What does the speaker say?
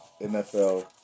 NFL